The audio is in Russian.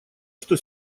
что